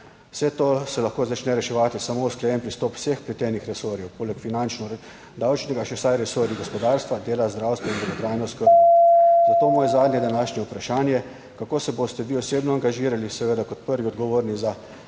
Vse to se lahko začne reševati samo z usklajenim pristopom vseh vpletenih resorjev, poleg finančno-davčnega še vsaj resorji gospodarstva, dela, zdravstva in dolgotrajne oskrbe. Zato moje zadnje današnje vprašanje: Kako se boste vi osebno angažirali, seveda kot prvi odgovorni za